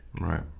Right